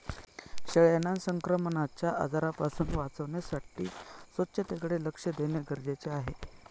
शेळ्यांना संक्रमणाच्या आजारांपासून वाचवण्यासाठी स्वच्छतेकडे लक्ष देणे गरजेचे आहे